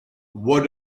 what